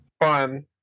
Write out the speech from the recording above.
fun